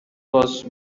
was